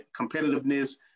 competitiveness